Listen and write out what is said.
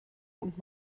und